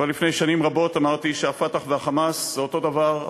כבר לפני שנים רבות אמרתי שה"פתח" וה"חמאס" זה אותו הדבר,